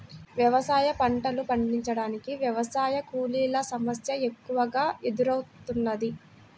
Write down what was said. వ్యవసాయ పంటలు పండించటానికి వ్యవసాయ కూలీల సమస్య ఎక్కువగా ఎదురౌతున్నది